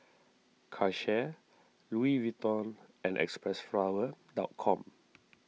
Karcher Louis Vuitton and Xpressflower com